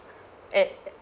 at